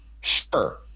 sure